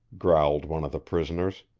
growled one of the prisoners.